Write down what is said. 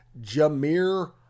Jameer